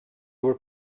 were